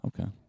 Okay